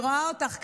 אני רואה אותך,